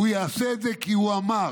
הוא יעשה את זה כי הוא אמר.